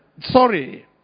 sorry